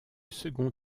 second